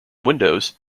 windows